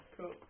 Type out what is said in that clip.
cool